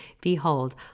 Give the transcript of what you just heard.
behold